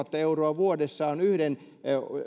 euroa vuodessa on yhden